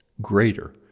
greater